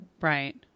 Right